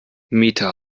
mieter